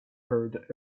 heard